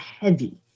heavy